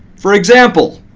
for example,